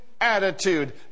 attitude